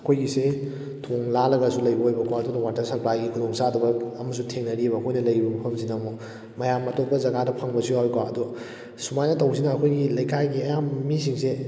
ꯑꯩꯈꯣꯏꯒꯤꯁꯦ ꯊꯣꯡ ꯂꯥꯜꯂꯒꯁꯨ ꯂꯩꯕ ꯑꯣꯏꯕꯀꯣ ꯑꯗꯨꯒ ꯋꯥꯇꯔ ꯁꯄ꯭ꯂꯥꯏꯒꯤ ꯈꯨꯗꯣꯡ ꯆꯥꯗꯕ ꯑꯃꯁꯨ ꯊꯦꯡꯅꯔꯤꯕ ꯑꯩꯈꯣꯏꯅ ꯂꯩꯔꯤ ꯃꯐꯝꯁꯤꯅ ꯑꯃꯨꯛ ꯃꯌꯥꯝ ꯑꯇꯣꯞꯄ ꯖꯒꯥꯗ ꯐꯪꯕꯁꯨ ꯌꯥꯎꯏꯀꯣ ꯑꯗꯨ ꯁꯨꯃꯥꯏꯅ ꯇꯧꯕꯁꯤꯅ ꯑꯩꯈꯣꯏꯒꯤ ꯂꯩꯀꯥꯏꯒꯤ ꯑꯌꯥꯝꯕ ꯃꯤꯁꯤꯡꯁꯦ